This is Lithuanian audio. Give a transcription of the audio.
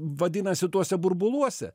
vadinasi tuose burbuluose